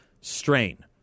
strain